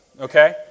okay